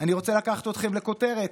אני רוצה לקחת אתכם לכותרת